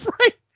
Right